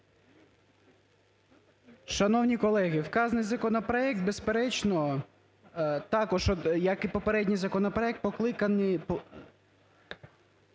Шановні колеги, вказаний законопроект, безперечно, також, як і попередній законопроект, покликаний